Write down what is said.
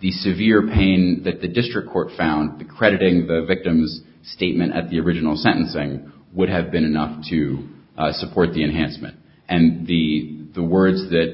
the severe pain that the district court found the crediting the victim's statement at the original sentencing would have been enough to support the enhancement and the the words that